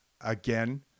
again